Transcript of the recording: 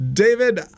David